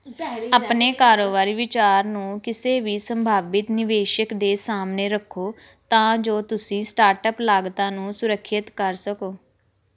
ਆਪਣੇ ਕਾਰੋਬਾਰੀ ਵਿਚਾਰ ਨੂੰ ਕਿਸੇ ਵੀ ਸੰਭਾਵਿਤ ਨਿਵੇਸ਼ਕ ਦੇ ਸਾਹਮਣੇ ਰੱਖੋ ਤਾਂ ਜੋ ਤੁਸੀਂ ਸਟਾਰਟਅੱਪ ਲਾਗਤਾਂ ਨੂੰ ਸੁਰੱਖਿਅਤ ਕਰ ਸਕੋ